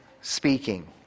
speaking